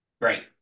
Great